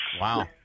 Wow